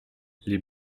les